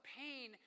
pain